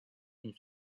映射